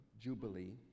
jubilee